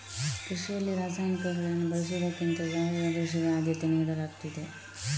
ಕೃಷಿಯಲ್ಲಿ ರಾಸಾಯನಿಕಗಳನ್ನು ಬಳಸುವುದಕ್ಕಿಂತ ಸಾವಯವ ಕೃಷಿಗೆ ಆದ್ಯತೆ ನೀಡಲಾಗ್ತದೆ